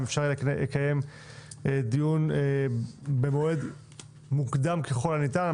אם אפשר יהיה לקיים דיון במועד מוקדם ככל הניתן על